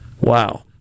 Wow